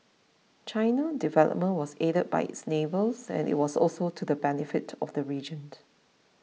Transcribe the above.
China development was aided by its neighbours and it was also to the benefit to of the region